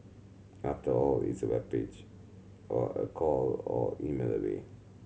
after all it's a web page or a call or email away